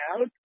out